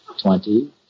twenty